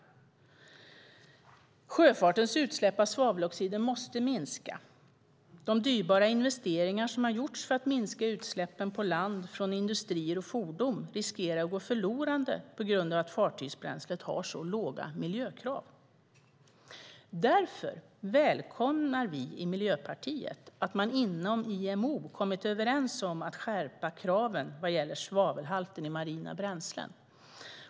Sjöfartens utsläpp av svaveloxider måste minska. De dyrbara investeringar som har gjorts för att minska utsläppen på land från industrier och fordon riskerar att gå förlorade på grund av att fartygsbränslet har så låga miljökrav. Därför välkomnar vi i Miljöpartiet att man inom IMO har kommit överens om att skärpa kraven vad gäller svavelhalten i marina bränslen.